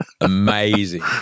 Amazing